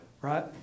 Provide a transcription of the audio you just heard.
Right